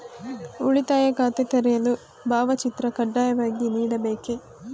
ಉಳಿತಾಯ ಖಾತೆ ತೆರೆಯಲು ಭಾವಚಿತ್ರ ಕಡ್ಡಾಯವಾಗಿ ನೀಡಬೇಕೇ?